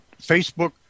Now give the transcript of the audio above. Facebook